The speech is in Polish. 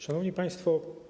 Szanowni Państwo!